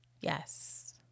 yes